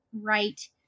right